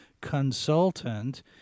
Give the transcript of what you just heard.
consultant